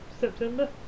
September